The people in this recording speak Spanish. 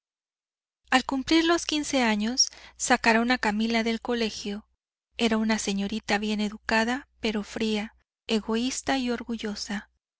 al cumplir los quince años sacaron a camila del colegio era una señorita bien educada pero fría egoísta y orgullosa